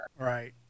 right